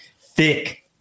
Thick